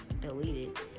deleted